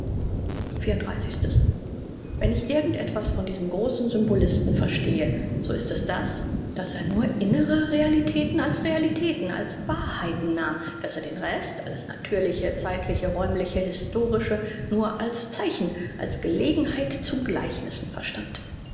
wenn ich irgend etwas von diesem großen symbolisten verstehe so ist es das daß er nur innere realitäten als realitäten als wahrheiten nahm daß er den rest alles natürliche zeitliche räumliche historische nur als zeichen als gelegenheit zu gleichnissen verstand